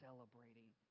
Celebrating